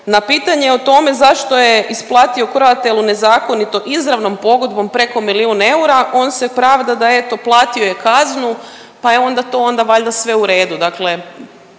Na pitanje o tome zašto je isplatio Croatelu nezakonito izravnom pogodbom preko milijun eura, on se pravda da eto platio je kaznu, pa je onda to onda valjda sve u redu,